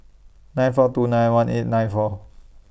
nine four two nine one eight nine four